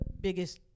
biggest